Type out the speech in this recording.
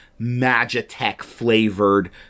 Magitech-flavored